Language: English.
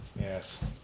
Yes